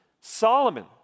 Solomon